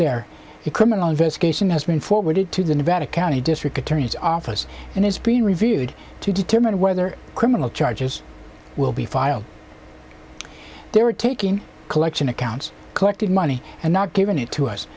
a criminal investigation has been forwarded to the nevada county district attorney's office and is being reviewed to determine whether criminal charges will be filed they were taking collection accounts collecting money and not given it to us